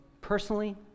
personally